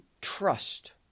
trust